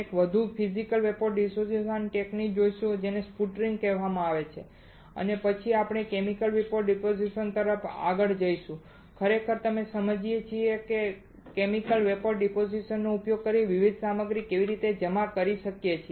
આપણે એક વધુ ફિઝિકલ વેપોર ડીપોઝીશન ટેકનિક જોઈશું જેને સ્પટરિંગ કહેવામાં આવે છે અને પછી આપણે કેમિકલ વેપોર ડિપોઝિશન તરફ જઈએ છીએ જ્યાં આપણે ખરેખર સમજીએ છીએ કે આપણે કેમિકલ વેપોર ડિપોઝિશનનો ઉપયોગ કરીને વિવિધ સામગ્રી કેવી રીતે જમા કરી શકીએ